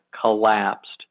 collapsed